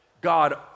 God